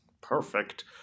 perfect